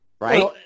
right